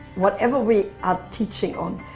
whatever we are teaching on,